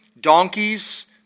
donkeys